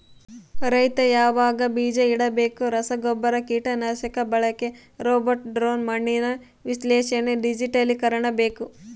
ರೈತ ಯಾವಾಗ ಬೀಜ ಇಡಬೇಕು ರಸಗುಬ್ಬರ ಕೀಟನಾಶಕ ಬಳಕೆ ರೋಬೋಟ್ ಡ್ರೋನ್ ಮಣ್ಣಿನ ವಿಶ್ಲೇಷಣೆ ಡಿಜಿಟಲೀಕರಣ ಬೇಕು